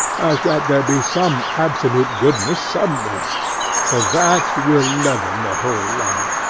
as that there be some absolute goodness somewhere for that will leaven the whole lump.